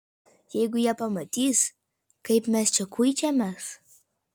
jeigu jie pamatys kaip mes čia kuičiamės